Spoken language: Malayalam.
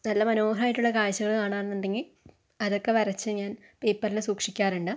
നല്ല മനോഹരമായിട്ടുള്ള കാഴ്ചകൾ കാണാറുണ്ടെങ്കിൽ അതൊക്കെ വരച്ച് ഞാൻ പേപ്പറിൽ സൂക്ഷിക്കാറുണ്ട്